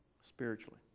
spiritually